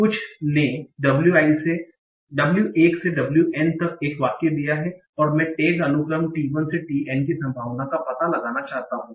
कुछ ने w1 से wn तक एक वाक्य दिया हैं और मैं टैग अनुक्रम t 1 से t n की संभावना का पता लगाना चाहता हूं